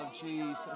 Jesus